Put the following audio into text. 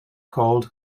called